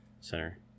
center